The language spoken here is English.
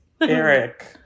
Eric